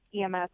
EMS